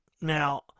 Now